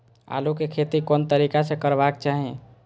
आलु के खेती कोन तरीका से करबाक चाही?